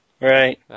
Right